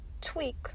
tweak